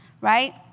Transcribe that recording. right